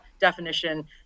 definition